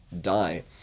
die